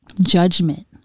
judgment